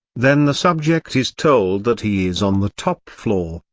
then the subject is told that he is on the top floor,